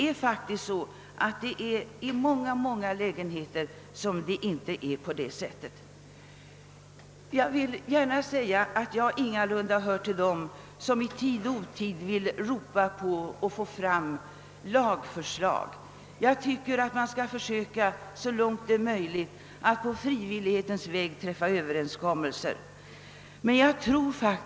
I många lägenheter är temperaturen faktiskt inte tillfredsställande. Jag hör ingalunda till dem som i tid och otid vill att lagar skall stiftas. Vi bör enligt min mening så långt som möjligt träffa överenskommelser på frivillighetens väg.